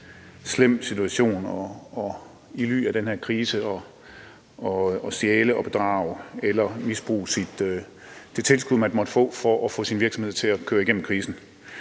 af den her krise at stjæle og bedrage eller misbruge det tilskud, man måtte få for at få sin virksomhed til at komme igennem krisen.